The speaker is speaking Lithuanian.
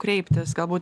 kreiptis galbūt